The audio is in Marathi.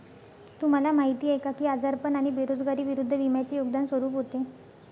तुम्हाला माहीत आहे का की आजारपण आणि बेरोजगारी विरुद्ध विम्याचे योगदान स्वरूप होते?